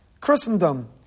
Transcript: Christendom